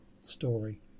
story